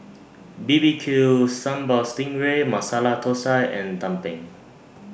B B Q Sambal Sting Ray Masala Thosai and Tumpeng